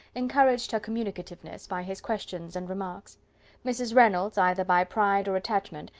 encouraged her communicativeness by his questions and remarks mrs. reynolds, either by pride or attachment,